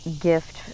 gift